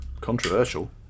controversial